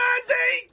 Andy